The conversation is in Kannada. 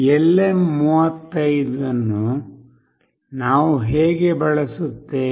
ಈ LM35 ಅನ್ನು ನಾವು ಹೇಗೆ ಬಳಸುತ್ತೇವೆ